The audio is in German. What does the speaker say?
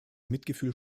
mitgefühl